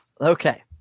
Okay